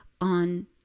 on